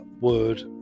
word